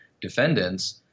defendants